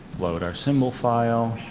load our single file.